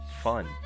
fun